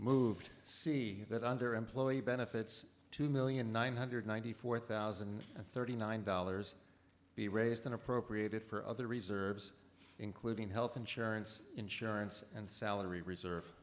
moved see that under employee benefits two million nine hundred ninety four thousand and thirty nine dollars be raised in appropriated for other reserves including health insurance insurance and salary reserve